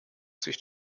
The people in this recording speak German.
sich